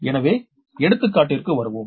எனவே எடுத்துக்கட்டிற்கு வருவோம்